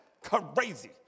crazy